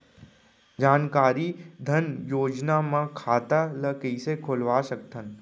जानकारी धन योजना म खाता ल कइसे खोलवा सकथन?